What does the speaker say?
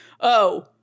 oh-